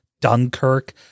Dunkirk